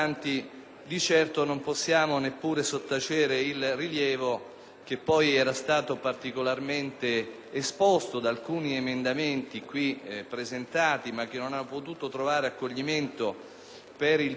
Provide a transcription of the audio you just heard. che poi era stato particolarmente esposto da alcuni emendamenti presentati in quest'Aula, ma che non ha potuto trovare accoglimento per il divieto che la legge n. 400 del 1988 pone